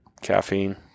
Caffeine